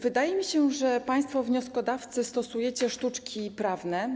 Wydaje mi się, że państwo wnioskodawcy stosujecie sztuczki prawne.